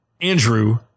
Andrew